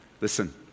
Listen